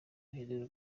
guhindura